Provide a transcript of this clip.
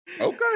Okay